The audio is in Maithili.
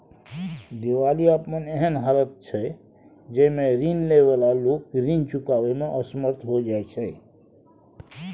दिवालियापन एहन हालत छइ जइमे रीन लइ बला लोक रीन चुकाबइ में असमर्थ हो जाइ छै